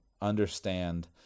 understand